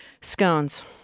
Scones